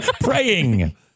praying